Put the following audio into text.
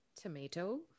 tomato